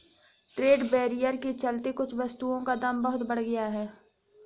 trade barrier के चलते कुछ वस्तुओं का दाम बहुत बढ़ गया है